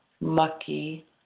mucky